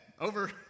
over